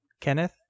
Kenneth